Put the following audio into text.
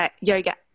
yoga